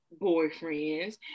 boyfriends